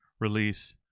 release